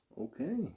Okay